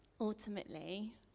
Ultimately